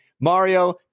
Mario